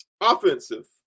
Offensive